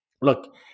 Look